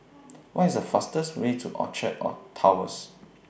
What IS The fastest Way to Orchard Towers